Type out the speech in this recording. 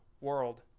world